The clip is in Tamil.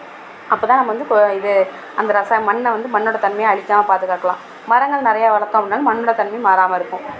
அப்போ தான் நம்ம வந்து இது அந்த ரச மண்ணை வந்து மண்ணோடய தன்மையை அழிக்காமல் பாதுகாக்கலாம் மரங்கள் நிறையா வளர்த்தோம் அப்படின்னாலும் மண்ணோடய தன்மை மாறாமல் இருக்கும்